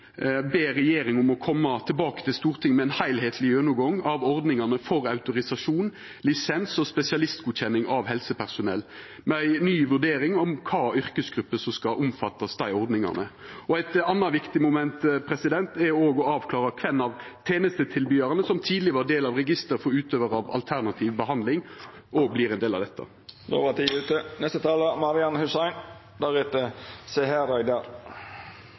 ber regjeringa om å koma tilbake til Stortinget med ein heilskapleg gjennomgang av ordningane for autorisasjon, lisens og spesialistgodkjenning av helsepersonell, med ei ny vurdering av kva yrkesgrupper som skal omfattast av desse ordningane. Eit anna viktig moment er òg å avklara kven av tenestetilbydarane som tidlegare var del av registeret for utøvarar av alternativ behandling , som òg vert ein del av dette. Då var tida ute.